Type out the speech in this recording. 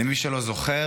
למי שלא זוכר,